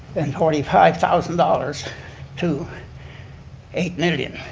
and forty five thousand dollars to eight million,